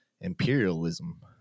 imperialism